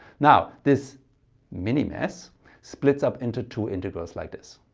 now this mini mess splits up into two integrals like this.